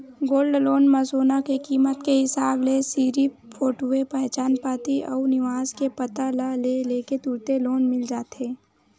gold loan म सोना के कीमत के हिसाब ले सिरिफ फोटूए पहचान पाती अउ निवास के पता ल ले के तुरते लोन मिल जाथे